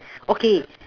okay